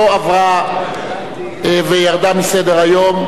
לא עברה וירדה מסדר-היום.